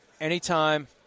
anytime